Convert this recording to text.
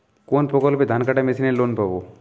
কোন প্রকল্পে ধানকাটা মেশিনের লোন পাব?